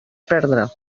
perdre